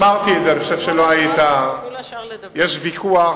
אמרתי את זה, אני חושב שלא היית: יש ויכוח